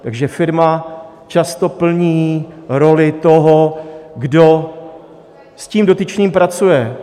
Takže firma často plní roli toho, kdo s tím dotyčným pracuje.